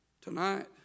Tonight